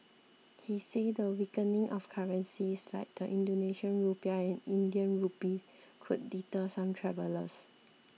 he said the weakening of currencies like the Indonesian Rupiah and Indian Rupee could deter some travellers